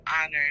honored